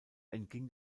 entging